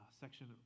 section